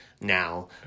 now